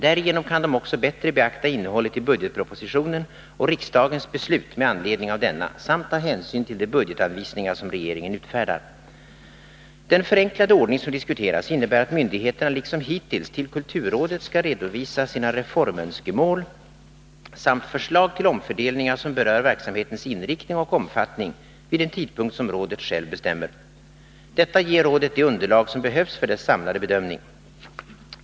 Därigenom kan de också bättre beakta innehållet i budgetpropositionen och riksdagens beslut med anledning av denna samt ta hänsyn till de budgetanvisningar som regeringen utfärdar. Den förenklade ordning som diskuteras innebär att myndigheterna liksom hittills till kulturrådet skall redovisa sina reformönskemål samt förslag till omfördelningar som berör verksamhetens inriktning och omfattning vid en tidpunkt som rådet själv bestämmer. Detta ger rådet det underlag som behövs för dess samlade bedömning.